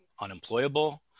unemployable